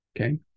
Okay